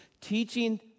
teaching